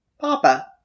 Papa